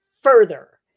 further